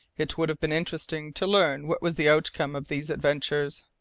it would have been interesting to learn what was the outcome of these adventures.